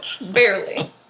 Barely